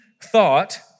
thought